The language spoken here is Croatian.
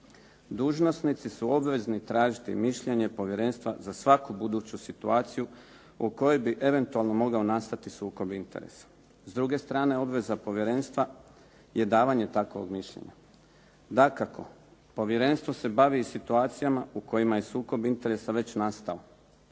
Dužnosnici su obvezni tražiti mišljenje povjerenstva za svaku buduću situaciju u kojoj bi eventualno mogao nastati sukob interesa. S druge strane, obveza povjerenstva je davanje takovog mišljenja. Dakako, povjerenstvo se bavi i situacijama u kojima je sukob interesa već nastao.